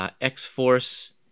X-Force